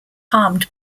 harmed